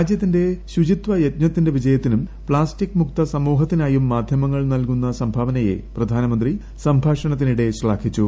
രാജ്യത്തിന്റെ ശുചിത്വ യജ്ഞത്തിന്റെ വിജയത്തിനും പ്ലാസ്റ്റിക് മുക്ത സമൂഹത്തിനായും മാധ്യമങ്ങൾ നൽകുന്ന സംഭാവനയെ പ്രധാനമന്ത്രി സംഭാഷണത്തിനിടെ ശ്ലാഘിച്ചു